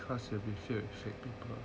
cause you will be filled sick people